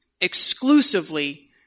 exclusively